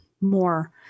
more